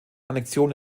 annexion